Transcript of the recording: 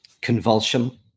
convulsion